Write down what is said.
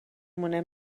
مونه